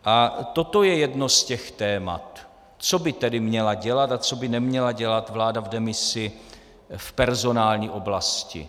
A toto je jedno z těch témat, co by tedy měla dělat a co by neměla dělat vláda v demisi v personální oblasti.